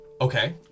Okay